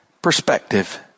Perspective